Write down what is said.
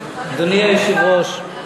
אדוני היושב-ראש,